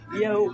yo